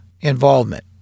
involvement